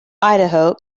idaho